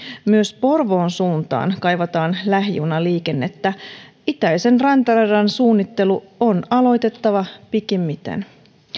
myös porvoon suuntaan kaivataan lähijunaliikennettä itäisen rantaradan suunnittelu on aloitettava pikimmiten